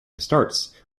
starts